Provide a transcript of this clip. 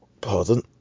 Pardon